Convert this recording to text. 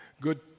good